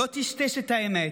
לא טשטש את האמת,